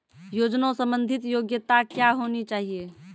योजना संबंधित योग्यता क्या होनी चाहिए?